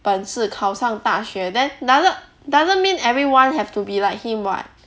本事考上大学 doesn't mean everyone have to be like him [what]